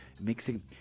mixing